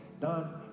done